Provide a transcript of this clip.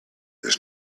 there